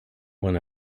when